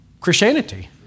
Christianity